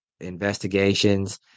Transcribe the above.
investigations